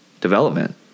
development